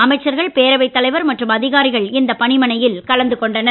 அமைச்சர்கள் பேரவைத் தலைவர் மற்றும் அதிகாரிகள் இந்த பணிமனையில் கலந்து கொண்டனர்